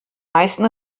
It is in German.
meisten